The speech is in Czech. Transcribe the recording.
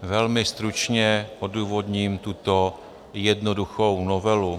Velmi stručně odůvodním tuto jednoduchou novelu.